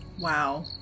Wow